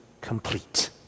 complete